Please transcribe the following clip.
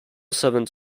seventh